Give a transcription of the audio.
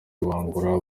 rugangura